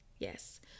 yes